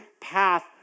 path